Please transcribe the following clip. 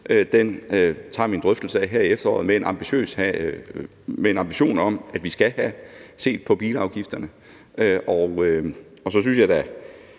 tager vi en drøftelse af her i efteråret med en ambition om, at vi skal have set på bilafgifterne. Så synes jeg da